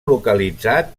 localitzat